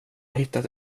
hittat